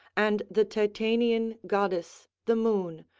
and the titanian goddess, the moon,